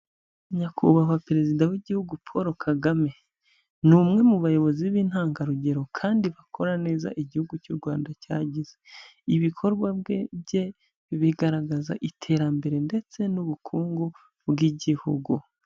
Nyakubahwa perezida w'igihugu Paul Kagame ni umwe mu bayobozi b'intangarugero kandi bakora neza igihugu cy'u Rwanda cyagize, ibikorwa bye bigaragaza iterambere ndetse n'ubukungu bw'igihugu.